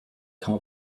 come